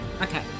Okay